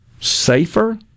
safer